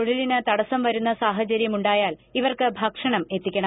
തൊഴിലിന് തടസം വരുന്ന സാഹചര്യം ഉണ്ടായാൽ ഇവർക്ക് ഭക്ഷണം എത്തിക്കണം